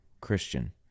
Christian